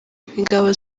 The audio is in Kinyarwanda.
ingabo